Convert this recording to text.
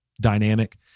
dynamic